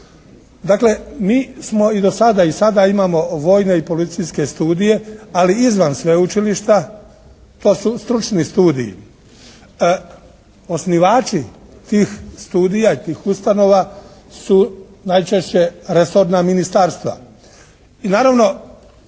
Dakle, mi smo i dosada i sada imamo vojne i policijske studije ali izvan sveučilišta. To su stručni studiji. Osnivači tih studija i tih ustanova su najčešće resorna ministarstva. I naravno